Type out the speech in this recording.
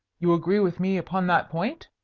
you agree with me upon that point?